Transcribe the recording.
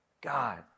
God